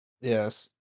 Yes